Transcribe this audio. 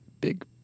big